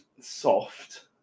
Soft